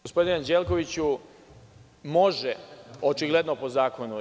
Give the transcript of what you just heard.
Gospodine Anđelkoviću, može očigledno po zakonu.